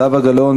זהבה גלאון,